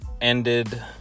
ended